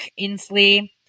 Inslee